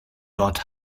dort